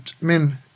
men